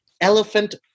elephant